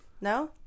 No